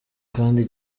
kandi